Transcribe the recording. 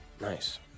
Nice